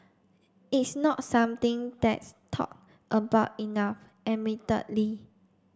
it's not something that's talked about enough admittedly